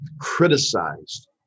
criticized